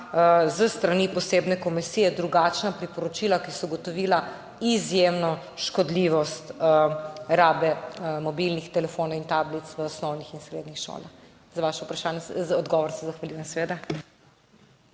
s strani posebne komisije drugačna priporočila, ki so ugotovila izjemno škodljivost rabe mobilnih telefonov in tablic v osnovnih in srednjih šolah? Za vaše odgovore se vam zahvaljujem.